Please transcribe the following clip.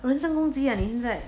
人身攻击啊现在